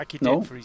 No